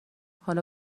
حالا